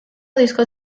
disko